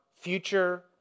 future